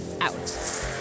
out